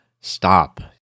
stop